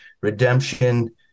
redemption